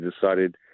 decided